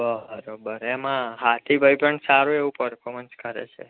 બરાબર એમાં હાથી ભાઈ પણ સારું એવું પરફોર્મન્સ કરે છે